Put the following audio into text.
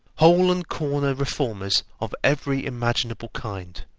hole-and-corner reformers of every imaginable kind.